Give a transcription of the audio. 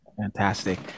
Fantastic